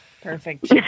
Perfect